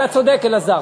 אתה צודק, אלעזר.